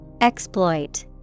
Exploit